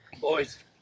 Boys